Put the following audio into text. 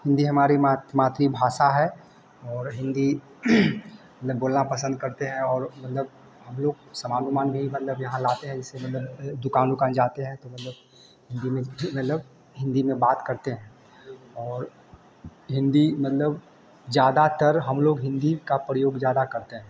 हिंदी हमारी मातृभाषा है और हिंदी हम लोग बोलना पसंद करते हैं और मतलब हम लोग सामान उमान भी मतलब यहाँ लाते है जैसे मतलब दुकान उकान जाते हैं तो मतलब हिंदी में मतलब हिंदी में बात करते हैं और हिंदी मतलब ज़्यादातर हम लोग हिंदी का प्रयोग ज़्यादा करते हैं